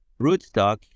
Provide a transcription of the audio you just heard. rootstock